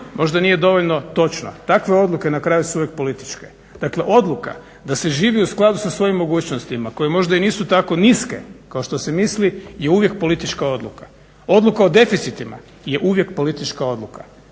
možda nije dovoljno točno. Takve odluke na kraju su uvijek političke. Dakle, odluka da se živi u skladu sa svojim mogućnostima koje možda i nisu tako niske kao što ste misli je uvijek politička odluka. Odluka o deficitima je uvijek politička odluka,